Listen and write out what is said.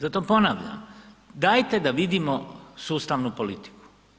Zato ponavljam, dajte da vidimo sustavnu politiku.